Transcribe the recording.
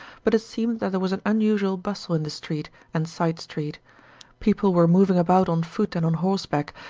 but it seemed that there was an unusual bustle in the street and side-street people were moving about on foot and on horseback,